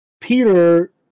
Peter